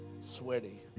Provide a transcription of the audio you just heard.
sweaty